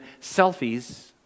selfies